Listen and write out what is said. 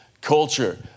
culture